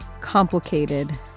complicated